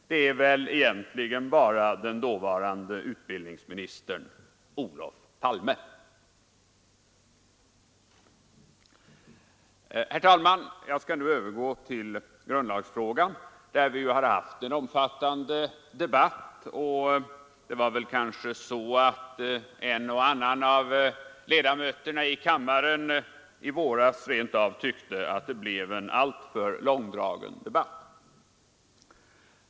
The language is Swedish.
Det är väl egentligen bara den dåvarande utbildningsministern Olof Palme. Herr talman! Jag skall nu övergå till grundlagsfrågan, om vilken vi haft en omfattande debatt. En och annan av ledamöterna i kammaren tyckte kanske att det blev en alltför långdragen debatt.